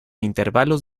intervalos